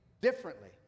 Differently